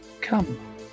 come